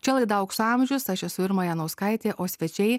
čia laidų aukso amžius aš esu irma janauskaitė o svečiai